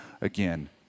again